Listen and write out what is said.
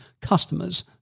customers